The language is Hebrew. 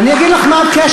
אני אגיד לך מה הקשר.